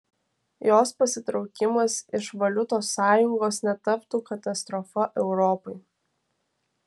jos pasitraukimas iš valiutos sąjungos netaptų katastrofa europai